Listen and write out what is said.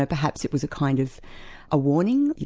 ah perhaps it was a kind of a warning,